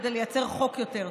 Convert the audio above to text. כדי לייצר חוק יותר טוב.